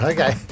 Okay